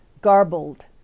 garbled